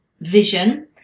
vision